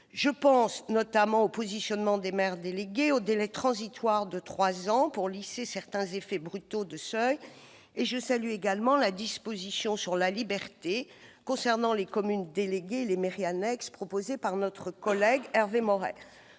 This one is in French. dans le tableau du conseil municipal et le délai transitoire de trois ans pour lisser certains effets brutaux de seuil. Je salue également la disposition sur la liberté concernant les communes déléguées et les mairies annexes proposée par notre collègue Hervé Maurey.